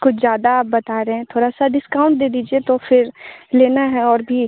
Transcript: कुछ ज़्यादा आप बता रहे हैं थोड़ा सा डिस्काउंट दे दीजिए तो फिर लेना है और भी